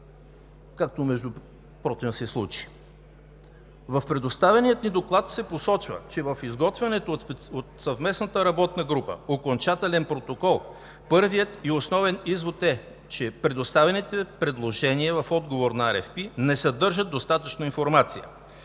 В предоставения ни доклад се посочва, че в изготвения от съвместната група окончателен протокол първият и основен извод е, че предоставените предложения в отговор на RfI (Искане за информация),